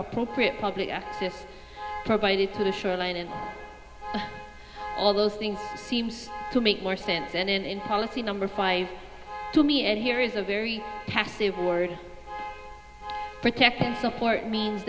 appropriate public access provided to the shoreline and all those things seems to make more sense and in policy number five to me and here is a very passive word protect and support means